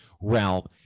realm